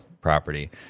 property